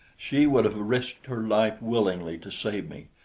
she would have risked her life willingly to save me.